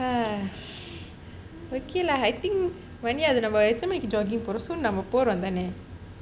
ai ok lah I think மனியாவுது நம்ப எந்த மணிக்கு:maniyaavuthu namba entha manikku jogging போறோம்:porom so நம்ப போறோம் தான:namba porom thaana